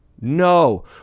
no